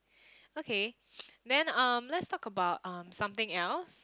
okay then um let's talk about um something else